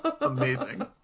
Amazing